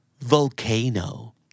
Volcano